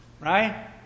Right